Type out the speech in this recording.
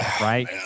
Right